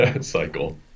cycle